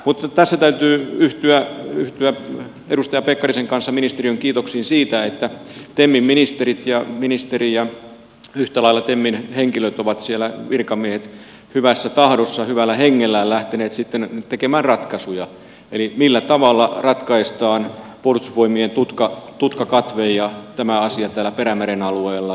mutta tässä täytyy yhtyä edustaja pekkarisen kanssa ministeriön kiitoksiin siitä että temin ministeri ja yhtä lailla temin henkilöt ovat siellä virkamiehet hyvässä tahdossa hyvällä hengellä lähteneet sitten tekemään ratkaisuja millä tavalla ratkaistaan puolustusvoimien tutkakatve ja tämä asia täällä perämeren alueella